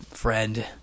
friend